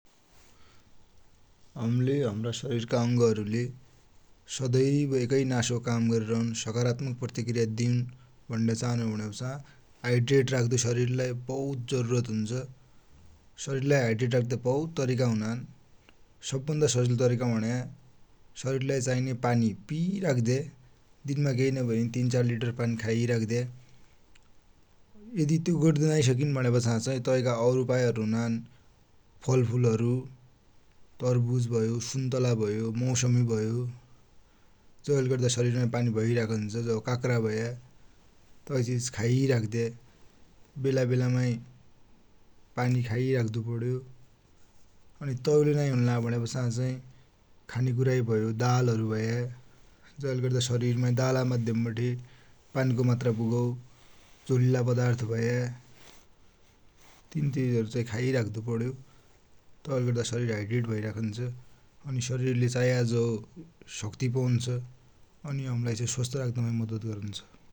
हमले हमरा शरिरका अंगहरुले सधैभरी एकै प्रकारको काम गरिराख्दु, एकै प्रकारको काम गरिराख्दु भुण्या चाहनु भुण्यापाछा हाइड्रेट राख्दु भौत जरुरत हुन्छ । शरिरलाई हाइड्रेट राख्द्या भौत तरिका हुनान्, सवभन्दा सजिलो तरिका भुण्या शरिरलाई चाइन्या पानी पिइराख्द्या, दिनमा केइ नभयालै तीन, चार लिटर पानी खाइराख्द्या ।् यदि तो गद्दु नाइ सकिन भुण्यापाछा, तैका और उपायहरु हुनान्, फलफुलहरु, तरवुज भयो, सुन्तला भयो, मौसमी भयो जैले गद्दा शरिरमा पानी भैराखुन्छ, जसो काक्रा भया तै चिज खाइराख्द्या, वेलावेलामा पानी खाइराख्दु पड्यो । अनि तैले नाइ हुन्नाछ भुण्यापाछा चाही खानेकुुरा भयो दाल भयो, गेडागुडी भया जैले गद्दा शरिरमा दालका माध्यमबठे पानीको मात्रा पुगौ, झोलिला पदार्थ भया, तिन चिजहरु चाही खाइराख्दु पड्यो, तैले गद्दा शरिर हाइड्रेट भैराखुन्छ, अनि शरिरले चाहियाजसो शक्ति पौन्छ, अनि हमलाई चाहि स्वस्थ राखुन्छ ।